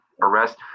arrest